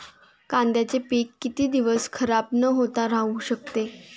कांद्याचे पीक किती दिवस खराब न होता राहू शकते?